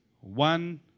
One